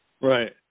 Right